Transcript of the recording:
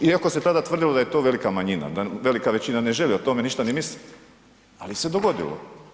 Iako se tada tvrdilo da je to velika manjina da velika većina ne želi o tome ništa ni misliti ali se dogodilo.